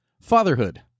fatherhood